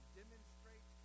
demonstrate